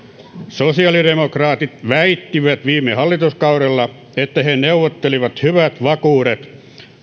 sosiaalidemokraatit väittivät viime hallituskaudella että he neuvottelivat hyvät vakuudet